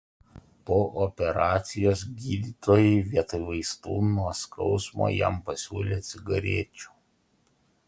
po operacijos gydytojai vietoj vaistų nuo skausmo jam pasiūlė cigarečių